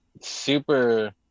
super